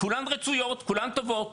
כולן רצויות, כולן טובות.